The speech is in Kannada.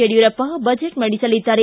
ಯಡಿಯೂರಪ್ಪ ಬಜೆಟ್ ಮಂಡಿಸಲಿದ್ದಾರೆ